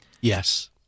Yes